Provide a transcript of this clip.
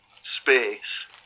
space